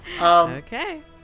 Okay